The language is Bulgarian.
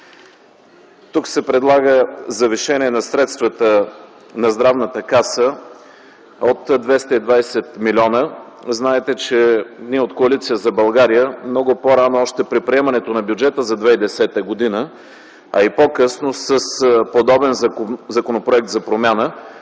Тук се предлага завишение на средствата на Здравната каса от 220 милиона. Знаете, че ние, от Коалиция за България, много по-рано – още при приемането на бюджета за 2010 г., а и по-късно, с подобен законопроект за промяна,